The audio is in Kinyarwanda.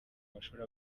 mashuri